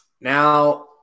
Now